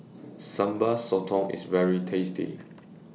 Sambal Sotong IS very tasty